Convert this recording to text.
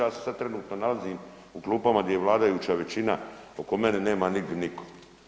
Ja se sada trenutno nalazim u klupama gdje je vladajuća većina oko mene nema nigdje nikog.